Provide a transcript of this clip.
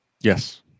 yes